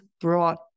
brought